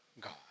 God